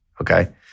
Okay